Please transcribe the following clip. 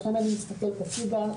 לכן אני מסתכלת הצידה,